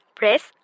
press